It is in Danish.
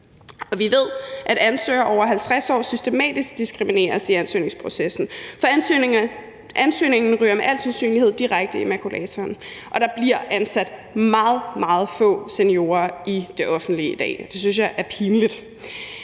vi ved, at ansøgere over 50 år systematisk diskrimineres i ansøgningsprocessen, for ansøgningen ryger med al sandsynlighed direkte i makulatoren, og der bliver ansat meget, meget få seniorer i det offentlige i dag, og det synes jeg er pinligt,